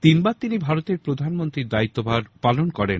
তিনবার তিনি ভারতের প্রধানমন্ত্রীর দায়িত্বভার পালন করেন